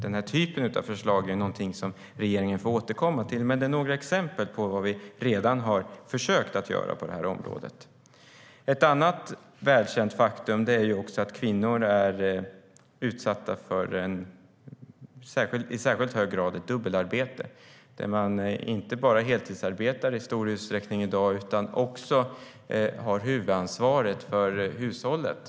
Den typen av förslag får regeringen återkomma till. Men det är några exempel på vad vi redan har försökt göra på området. Ett annat välkänt faktum är också att kvinnor är utsatta för dubbelarbete i särskilt hög grad. I dag heltidsarbetar man inte bara i stor utsträckning, utan man har också huvudansvaret för hushållet.